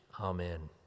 Amen